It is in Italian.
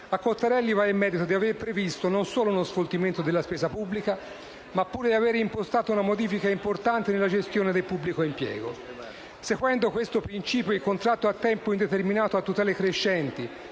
A Cottarelli va il merito non solo di aver previsto uno sfoltimento della spesa pubblica, ma pure di avere impostato una modifica importante nella gestione del pubblico impiego. Seguendo questo principio, il contratto a tempo indeterminato a tutele crescenti,